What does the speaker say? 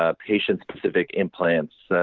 ah patient specific implants,